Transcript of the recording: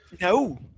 No